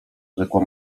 rzekła